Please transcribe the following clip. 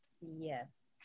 Yes